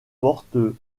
portes